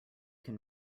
can